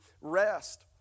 rest